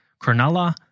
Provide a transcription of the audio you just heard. Cronulla